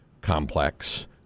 Complex